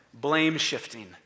blame-shifting